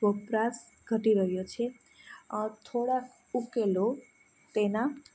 વપરાશ ઘટી રહ્યો છે થોડા ઉકેલો તેના